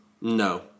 No